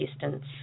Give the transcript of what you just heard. distance